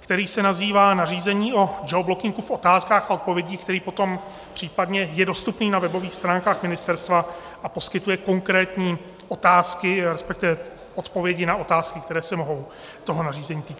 který se nazývá nařízení o geoblockingu v otázkách a odpovědích, který potom případně je dostupný na webových stránkách ministerstva a poskytuje konkrétní otázky, resp. odpovědi na otázky, které se mohou toho nařízení týkat.